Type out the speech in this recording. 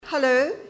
Hello